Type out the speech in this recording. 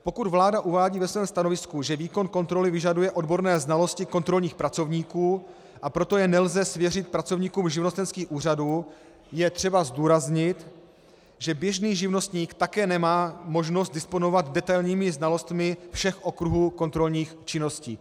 Pokud vláda uvádí ve svém stanovisku, že výkon kontroly vyžaduje odborné znalosti kontrolních pracovníků, a proto je nelze svěřit pracovníkům živnostenských úřadů, je třeba zdůraznit, že běžný živnostník také nemá možnost disponovat detailními znalostmi všech okruhů kontrolních činností.